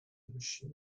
мужчин